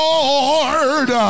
Lord